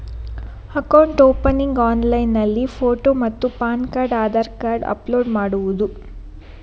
Account opening ಆನ್ಲೈನ್ನಲ್ಲಿ photo ಮತ್ತು PAN card Aadhaar card upload ಮಾಡುವುದು?